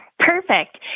Perfect